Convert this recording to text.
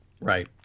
Right